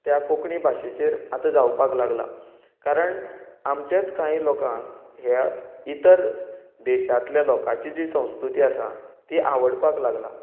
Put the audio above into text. त्या कोंकणी भाशेचेर आता जावपाक लागला कारण आमचेच कांय लोकांक ह्या इतर देशातले लोकांची संस्कृती जी आसा ती आवडपाक लागला